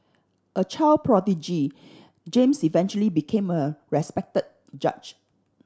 a child prodigy James eventually became a respected judge